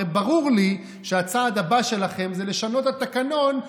הרי ברור לי שהצעד הבא שלכם זה לשנות את התקנון,